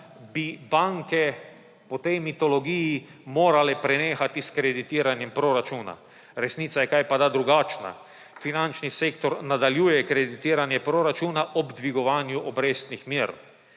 bi banke po tej mitologiji morale prenehati s kreditiranjem proračuna. Resnice je kajpada drugačna. Finančni sektor nadaljuje kreditiranje proračuna ob dvigovanju obrestnih mer.